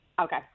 Okay